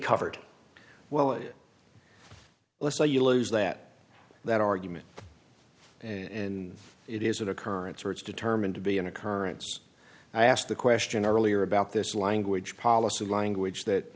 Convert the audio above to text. covered well let's say you lose that that argument it is that occurrence or it's determined to be an occurrence i asked the question earlier about this language policy language that